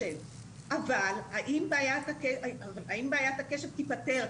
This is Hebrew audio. כי זה הכלי הכי חשוב לניעות חברתית - אבל אם זה עובד רק